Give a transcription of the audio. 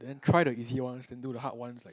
try the easy ones then do the hard ones